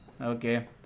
Okay